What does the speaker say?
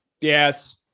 Yes